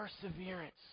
perseverance